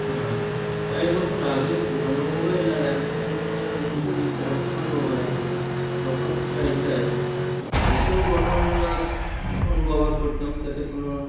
হ্যাঁ কয়েক বছর আগের পুরনো মোবাইল আর এখনকার বর্তমান মোবাইল তফাৎটা এটাই আগে তো বটনওয়ালা ফোন ব্যবহার করতাম তাতে কোনও